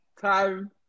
time